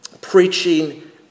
preaching